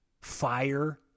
fire